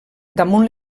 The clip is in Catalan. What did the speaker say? damunt